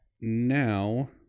now